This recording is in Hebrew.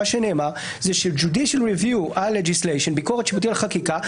מה שנאמר בהם זה שביקורת שיפוטית על חקיקה,